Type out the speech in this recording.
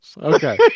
Okay